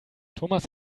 thomas